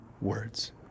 words